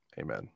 amen